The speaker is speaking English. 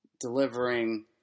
delivering